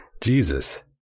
Jesus